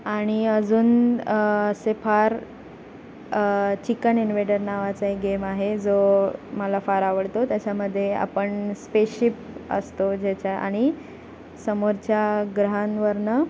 आणि अजून असे फार चिकन इनवेडर नावाचा एक गेम आहे जो मला फार आवडतो त्याच्यामध्ये आपण स्पेसशिप असतो ज्याच्या आणि समोरच्या ग्रहांवरनं